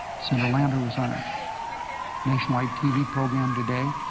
senator landrieu was on a nationwide tv program today,